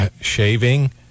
shaving